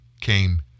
came